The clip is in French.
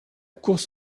course